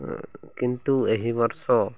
କିନ୍ତୁ ଏହି ବର୍ଷ